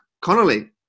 Connolly